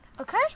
Okay